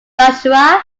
joshua